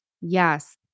Yes